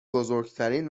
بزرگترین